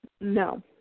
No